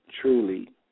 truly